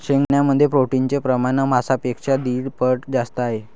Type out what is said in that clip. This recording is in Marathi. शेंगदाण्यांमध्ये प्रोटीनचे प्रमाण मांसापेक्षा दीड पट जास्त आहे